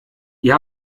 ihr